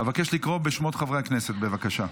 אבקש לקרוא בשמות חברי הכנסת, בבקשה.